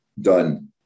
Done